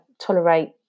tolerate